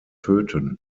töten